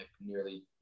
nearly